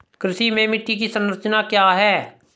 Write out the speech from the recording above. कृषि में मिट्टी की संरचना क्या है?